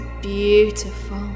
beautiful